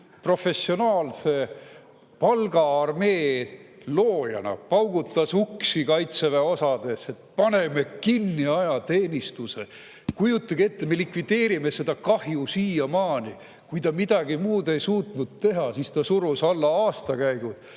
professionaalse palgaarmee loojana. Paugutas uksi kaitseväe osades, et paneme kinni ajateenistuse. Kujutage ette! Me likvideerime seda kahju siiamaani. Kui ta midagi muud ei suutnud teha, siis ta surus alla aastakäigud.